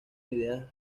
ideas